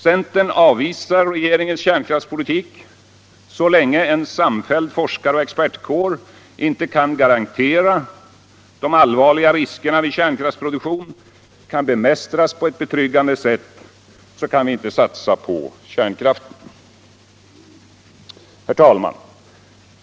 Centern avvisar regeringens kärnkraftspolitik. Så länge en samfälld forskar och expertkår inte kan garantera att de allvarliga riskerna vid kärnkraftsproduktion kan bemästras på ett betryggande sätt kan vi inte satsa på kärnkraften. Herr talman!